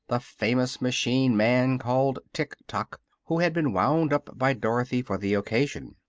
the famous machine-man called tik-tok, who had been wound up by dorothy for the occasion.